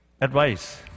advice